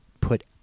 put